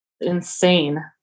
Insane